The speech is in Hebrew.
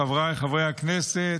חבריי חברי הכנסת,